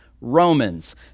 Romans